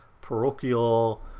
parochial